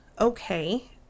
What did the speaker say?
okay